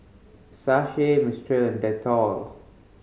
Mistral and Dettol